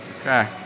Okay